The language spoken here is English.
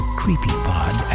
creepypod